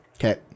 Okay